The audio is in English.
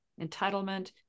entitlement